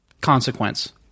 consequence